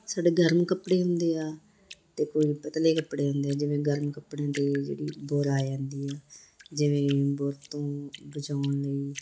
ਸਾਡੇ ਗਰਮ ਕੱਪੜੇ ਹੁੰਦੇ ਆ ਅਤੇ ਕੋਈ ਪਤਲੇ ਕੱਪੜੇ ਹੁੰਦੇ ਜਿਵੇਂ ਗਰਮ ਕਪੜਿਆਂ 'ਤੇ ਜਿਹੜੀ ਬੁਰ ਆ ਜਾਂਦੀ ਆ ਜਿਵੇਂ ਬੁਰ ਤੋਂ ਬਚਾਉਣ ਲਈ